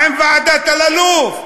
מה עם ועדת אלאלוף?